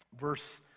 verse